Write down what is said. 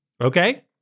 Okay